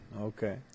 Okay